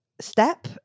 step